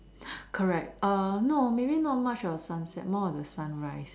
correct err maybe not so much of the sunset more of the sunrise